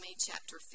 chapter